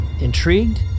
intrigued